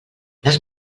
les